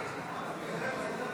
140,